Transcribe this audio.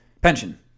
Pension